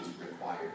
required